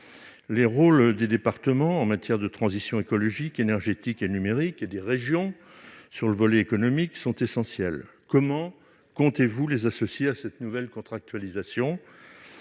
Les rôles des départements en matière de transition écologique, énergétique et numérique et des régions en matière économique sont essentiels. Comment comptez-vous les associer à cette nouvelle contractualisation ?